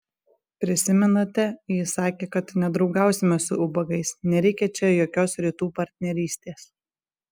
prisimenate ji sakė kad nedraugausime su ubagais nereikia čia jokios rytų partnerystės